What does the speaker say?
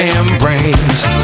embrace